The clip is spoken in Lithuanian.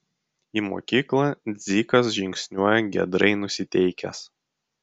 į mokyklą dzikas žingsniuoja giedrai nusiteikęs